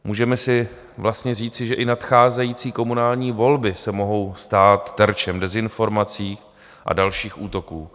Můžeme si vlastně říci, že i nadcházející komunální volby se mohou stát terčem dezinformací a dalších útoků.